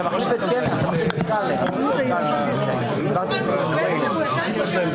בהקשר הזה סוכם והוא גם אמר לפרוטוקול שהוא תומך בזה,